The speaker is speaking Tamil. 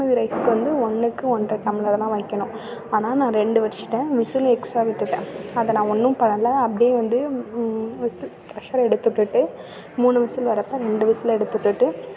பாஸ்மதி ரைஸ்க்கு வந்து ஒன்றுக்கு ஒன்றரை டம்ளர் தான் வைக்கணும் ஆனால் நான் ரெண்டு வச்சிட்டேன் விசில் எக்ஸ்டா விட்டுட்டேன் அதை நான் ஒன்றும் பண்ணலை அப்படே வந்து விசில் ப்ரெஷ்ஷரை எடுத்து விட்டுட்டு மூணு விசில் வரப்போ ரெண்டு விசில் எடுத்து விட்டுட்டு